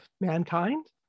mankind